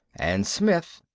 and smith,